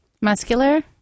Muscular